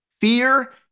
Fear